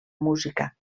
música